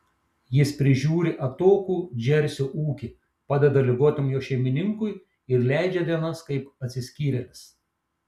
jis prižiūri atokų džersio ūkį padeda ligotam jo šeimininkui ir leidžia dienas kaip atsiskyrėlis